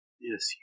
yes